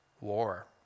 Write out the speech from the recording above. war